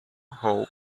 hope